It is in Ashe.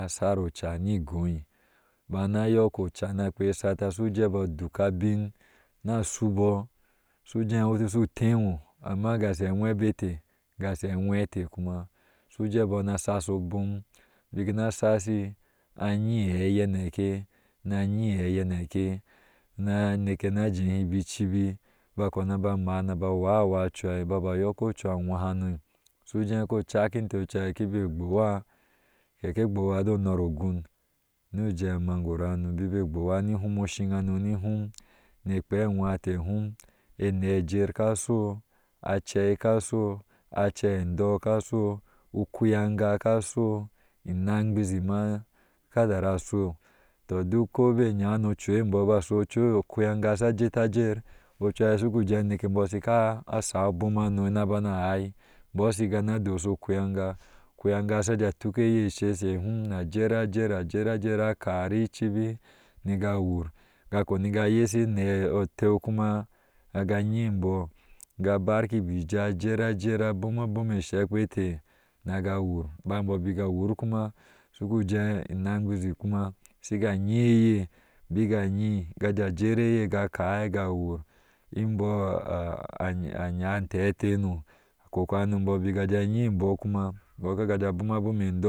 Asar o ca ni goo bana yɔɔk oca sha kpea eshata shuje a duka bmna subɔɔ suje wioti shu teewɔɔ, amma gashe awebetee gashe aweete kuma su jee bɔ na saso obom bik ana sasi ayi iaɛi na yin iaɛi keneke na aneke na jehebi icibi ba kpena ba maa na wa wa cuha yok coou awaa hano sule kocar inteh cuhu kebe kpowa keke gbowa do nor ogun nii aje magorahano bikbe bowani hum hi shin hano ni hum ne kpea awaa teh ni hum anee ajer ka sho acei kasu acei adɔk kaso ukuyanga kaso inangyisi ma. ka tara asho to duk ko be inya na acu imbɔɔ to bik a shu ocu. okuganga shagetager ocuha sugu jee aneke emboo shica a sha abom bano na bana ai bɔ shiga na doshi ukuganga kuyanga shaje tuk eye ssheshe hum na je aber ajer ajer a kari icibi niga awur niga kpe niga yeshi anaacteis kuma. aga nyi embɔɔ ga bar kibi ijaa a jer ajer. abom abom eshekpete naga wur bɔɔ bna a wur kuma suguje incngeshi kuma shiga anyi eye bika yio agaje ajer oye ga ca ga wur imbɔ anyeaa anjee no kokohano bik ajee anyi embɔɔ kuma bɔɔ ka ke a bom a bom ambɔɔ